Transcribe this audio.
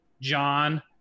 John